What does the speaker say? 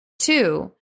Two